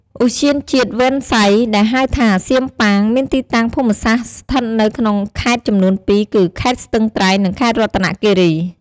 ឧទ្យានជាតិវ៉ើនសៃ ដែលហៅថា សៀមប៉ាង មានទីតាំងភូមិសាស្ត្រស្ថិតនៅក្នុងខេត្តចំនួនពីរគឺ ខេត្តស្ទឹងត្រែង និងខេត្តរតនគិរី។